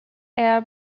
air